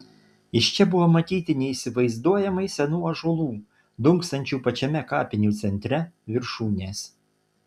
iš čia buvo matyti neįsivaizduojamai senų ąžuolų dunksančių pačiame kapinių centre viršūnės